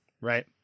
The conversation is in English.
right